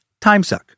timesuck